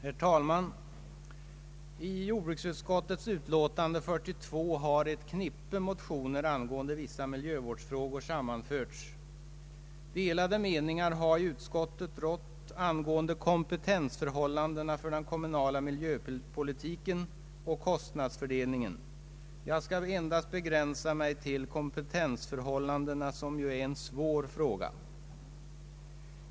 Herr talman! I jordbruksutskottets utlåtande nr 42 har flera olika motioner angående vissa miljövårdsfrågor sammanförts. Delade meningar har rått i utskottet angående kompetensförhållandena för den kommunala miljöpolitiken och kostnadsfördelningen. Jag skall begränsa mig till kompetensförhållandena, som ju är en svår fråga.